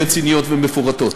פחות רציניות ומפורטות.